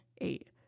eight